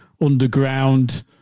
underground